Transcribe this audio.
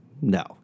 No